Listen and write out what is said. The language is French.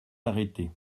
arrêtés